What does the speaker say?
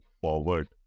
forward